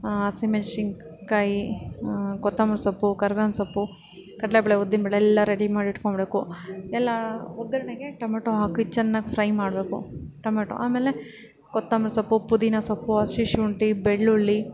ಹಸಿಮೆಣ್ಸಿನ್ಕಾಯಿ ಕೊತ್ತಂಬರಿ ಸೊಪ್ಪು ಕರ್ಬೇವಿನ ಸೊಪ್ಪು ಕಡಲೇಬೇಳೆ ಉದ್ದಿನ ಬೇಳೆ ಎಲ್ಲ ರೆಡಿ ಮಾಡಿಟ್ಕೊಂಡ್ಬಿಡ್ಬೇಕು ಎಲ್ಲ ಒಗ್ಗರಣೆಗೆ ಟೊಮೊಟೊ ಹಾಕಿ ಚೆನ್ನಾಗಿ ಫ್ರೈ ಮಾಡಬೇಕು ಟೊಮೊಟೊ ಆಮೇಲೆ ಕೊತ್ತಂಬರಿ ಸೊಪ್ಪು ಪುದೀನ ಸೊಪ್ಪು ಹಸಿ ಶುಂಠಿ ಬೆಳ್ಳುಳ್ಳಿ